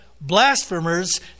blasphemers